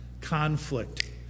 Conflict